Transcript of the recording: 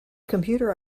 computer